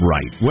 Right